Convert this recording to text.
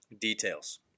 Details